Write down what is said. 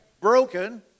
broken